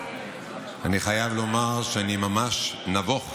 אני חייב לומר שאני ממש נבוך.